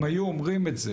אם היו אומרים את זה